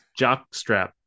jockstrap